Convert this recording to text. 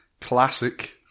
classic